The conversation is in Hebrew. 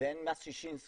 ואין מס ששינסקי.